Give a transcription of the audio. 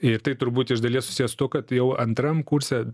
ir tai turbūt iš dalies susiję su tuo kad jau antram kurse